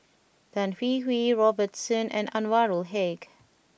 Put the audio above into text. Tan Hwee Hwee Robert Soon and Anwarul Haque